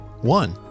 One